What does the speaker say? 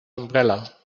umbrella